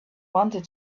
wanted